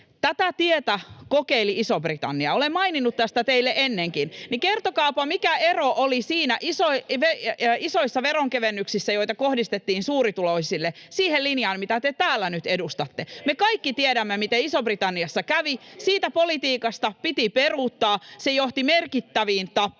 Tätä tietä kokeili Iso-Britannia. Olen maininnut tästä teille ennenkin. Kertokaapa, mikä ero oli niissä isoissa veronkevennyksissä, joita kohdistettiin suurituloisille, siihen linjaan, mitä te täällä nyt edustatte. Me kaikki tiedämme, miten Isossa-Britanniassa kävi. Siitä politiikasta piti peruuttaa. Se johti merkittäviin tappioihin